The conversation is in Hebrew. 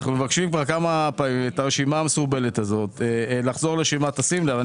אנחנו מבקשים כבר כמה פעמים את הרשימה המסורבלת הזאת שים לב,